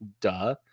Duh